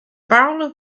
barrel